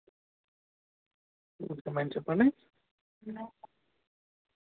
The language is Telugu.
ఓకే మ్యామ్ చెప్పండి